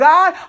God